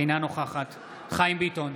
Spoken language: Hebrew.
אינה נוכחת חיים ביטון,